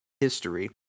history